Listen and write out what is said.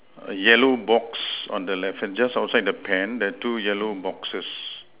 a yellow box on the left hand just outside the pen the two yellow boxes